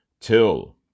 till